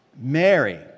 Mary